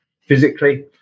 physically